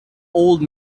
old